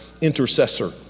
intercessor